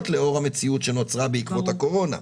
לאור המציאות שנוצרה בעקבות הקורונה.